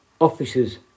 Officers